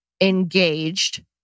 engaged